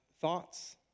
thoughts